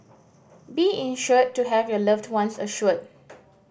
be insured to have your loved ones assured